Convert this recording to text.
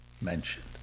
mentioned